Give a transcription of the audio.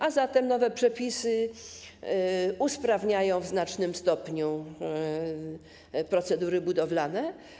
A zatem nowe przepisy usprawniają w znacznym stopniu procedury budowlane.